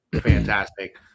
fantastic